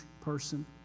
person